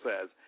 says